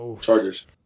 Chargers